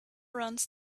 runs